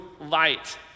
light